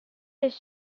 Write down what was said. his